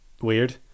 weird